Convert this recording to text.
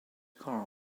car